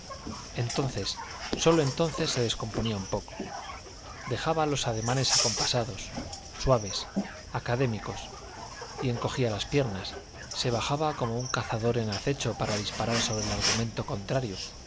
entonces sólo entonces se descomponía un poco dejaba los ademanes acompasados suaves académicos y encogía las piernas se bajaba como un cazador en acecho para disparar sobre el argumento contrario